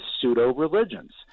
pseudo-religions